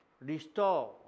restore